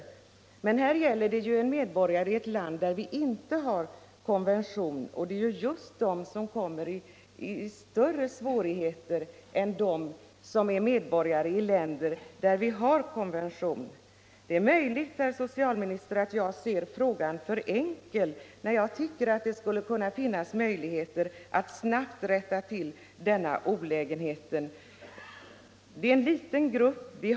Men i det fall jag närmast tänker på gäller det ju en medborgare i ett land som vi inte har konvention med. Det är just den gruppen som kommer i större svårigheter än medborgare i länder som vi har konvention med. Det är möjligt, herr socialminister, att jag ser frågan för enkel när jag tycker att det borde kunna finnas möjligheter att snabbt rätta till denna olägenhet. Det är en liten grupp det gäller.